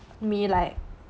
me like